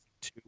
two